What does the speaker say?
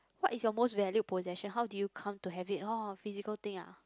what is your most valued possession how do you come to have it oh physical thing ah